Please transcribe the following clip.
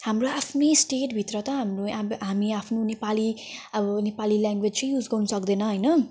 हाम्रो आफ्नै स्टेटभित्र त हाम्रो हामी आफ्नो नेपाली अब नेपाली ल्याङ्ग्वेज युज गर्नु सक्दैनौँ हैन